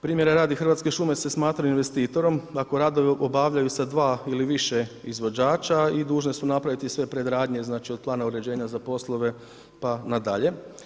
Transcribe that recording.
Primjera radi, Hrvatske šume se smatraju investitorom ako radove obavljaju sa dva ili više izvođača i dužne su napraviti sve predradnje znači, od plana uređenja za poslove pa nadalje.